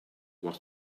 was